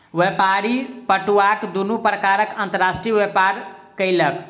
व्यापारी पटुआक दुनू प्रकारक अंतर्राष्ट्रीय व्यापार केलक